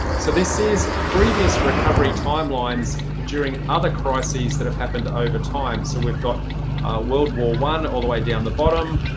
so this is previous recovery timelines during other crises that have happened over time. so we've got world war one, all the way down the bottom,